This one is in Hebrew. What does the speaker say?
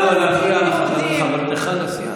נא לא להפריע לחברתך לסיעה.